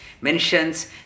mentions